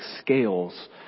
scales